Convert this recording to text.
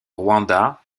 rwanda